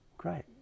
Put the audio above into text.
Great